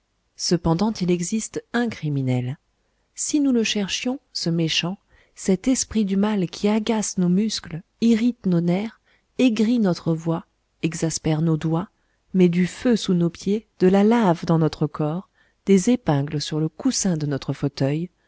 cependant il existe un criminel si nous le cherchions ce méchant cet esprit du mal qui agace nos muscles irrite nos nerfs aigrit notre voix exaspère nos doigts met du feu sous nos pieds de la lave dans notre corps des épingles sur le coussin de notre fauteuil